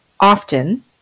often